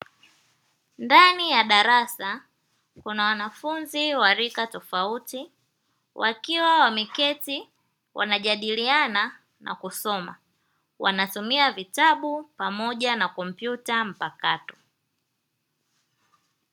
Ndani ya darasa kuna wanafunzi wa rika tofauti wakiwa wameketi wanajadiliana na kusoma, wanatumia vitabu pamoja na kompyuta mpakato.